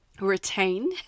retain